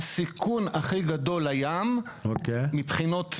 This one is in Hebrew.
הסיכון הכי גדול לים, מבחינות נפט,